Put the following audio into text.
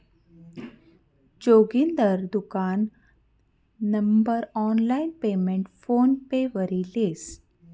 जोगिंदर दुकान नं online payment PhonePe वरी लेस